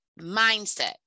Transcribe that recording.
mindset